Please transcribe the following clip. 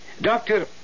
Doctor